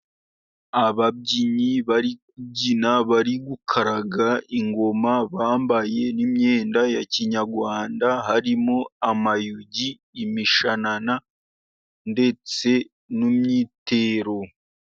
Ababyinnyi bari kubyina, bari gukaraga ingoma bambaye n'imyenda ya kinyarwanda, harimo amayugi, imishanana, ndetse n'imyitero.